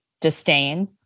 disdain